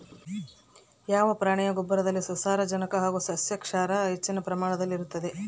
ಯಾವ ಪ್ರಾಣಿಯ ಗೊಬ್ಬರದಲ್ಲಿ ಸಾರಜನಕ ಹಾಗೂ ಸಸ್ಯಕ್ಷಾರ ಹೆಚ್ಚಿನ ಪ್ರಮಾಣದಲ್ಲಿರುತ್ತದೆ?